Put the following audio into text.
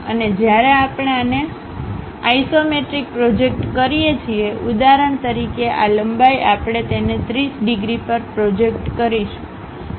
અને જ્યારે આપણે આને આઇસોમેટ્રિકમાં પ્રોજેક્ટ કરીએ છીએ ઉદાહરણ તરીકે આ લંબાઈ આપણે તેને 30 ડિગ્રી પર પ્રોજેક્ટ કરીશું